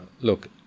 Look